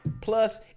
Plus